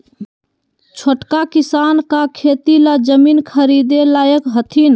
छोटका किसान का खेती ला जमीन ख़रीदे लायक हथीन?